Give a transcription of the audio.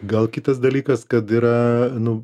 gal kitas dalykas kad yra nu